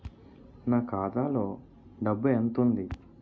నా ఖాతాలో డబ్బు ఎంత ఉంది?